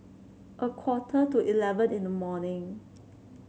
a quarter to eleven in the morning